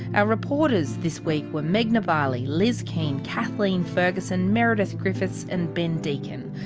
our reporters this week were meghna bali, liz keen, kathleen ferguson, meredith griffiths and ben deacon.